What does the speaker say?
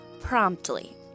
promptly